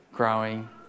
growing